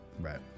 Right